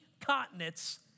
continents